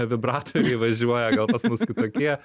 vibratoriai važiuoja gal pas mus kitokie